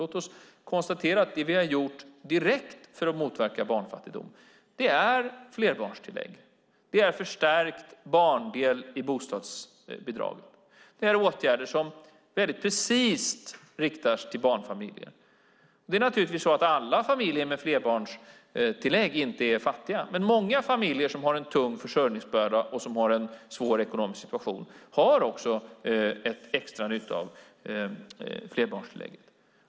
Låt oss konstatera att det som vi har gjort direkt för att motverka barnfattigdom är flerbarnstillägg och en förstärkt barndel i bostadsbidraget. Det är åtgärder som väldigt precist riktas till barnfamiljer. Det är naturligtvis så att alla familjer med flerbarnstillägg inte är fattiga. Men många familjer som har en tung försörjningsbörda och som har en svår ekonomisk situation har också extra nytta av flerbarnstillägget.